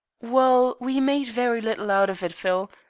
well, we made very little out of it, phil.